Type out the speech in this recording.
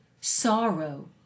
sorrow